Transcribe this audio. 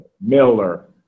Miller